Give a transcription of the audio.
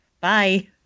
Bye